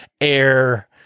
air